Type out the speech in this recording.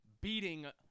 beating